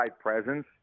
presence